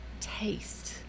taste